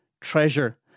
treasure